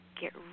Get